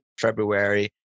February